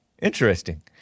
interesting